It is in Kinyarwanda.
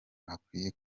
akwiye